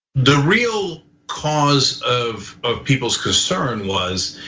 the real cause of of people's concern was,